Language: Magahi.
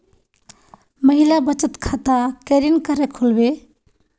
महिला बचत खाता केरीन करें खुलबे